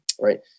right